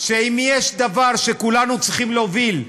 שאם יש דבר שכולנו צריכים להוביל,